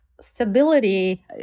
stability